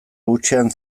hutsean